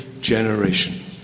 generation